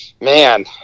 Man